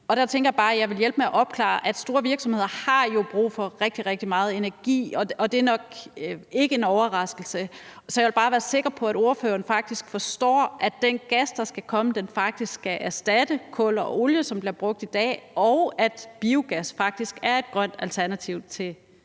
Og der tænkte jeg bare, at jeg ville hjælpe med at opklare, at store virksomheder jo har brug for rigtig, rigtig meget energi, og det er nok ikke en overraskelse. Så jeg vil bare være sikker på, at ordføreren faktisk forstår, at den gas, der skal komme, faktisk skal erstatte kul og olie, som bliver brugt i dag, og at biogas faktisk er et grønt alternativ til